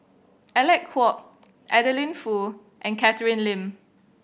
Alec Kuok Adeline Foo and Catherine Lim